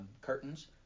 curtains